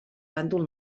bàndol